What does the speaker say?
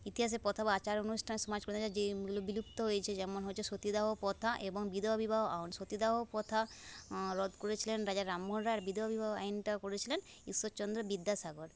ইতিহাসে প্রথম আচার অনুষ্ঠান সমাজ প্রথা যেগুলো বিলুপ্ত হয়েছে যেমন হচ্ছে সতীদাহ প্রথা এবং বিধবা বিবাহ সতীদাহ প্রথা রদ করেছিলেন রাজা রামমোহন রায় আর বিধবা বিবাহ আইনটা করেছিলেন ঈশ্বরচন্দ্র বিদ্যাসাগর